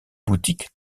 boutique